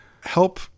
help